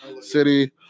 city